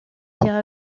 pierre